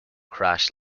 crash